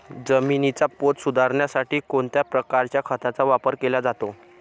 जमिनीचा पोत सुधारण्यासाठी कोणत्या प्रकारच्या खताचा वापर केला जातो?